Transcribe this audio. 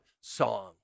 song